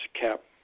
cap